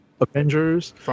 Avengers